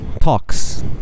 talks